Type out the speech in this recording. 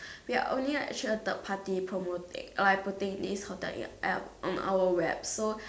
we're only actually a third party promoting or like putting this hotel in App on our web so